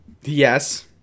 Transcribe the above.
yes